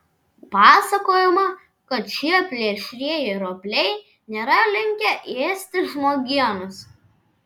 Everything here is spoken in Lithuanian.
pasakojama kad šie plėšrieji ropliai nėra linkę ėsti žmogienos